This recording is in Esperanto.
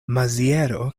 maziero